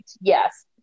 yes